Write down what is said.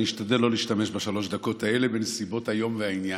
אני אשתדל לא להשתמש בשלוש הדקות האלה בנסיבות היום והעניין.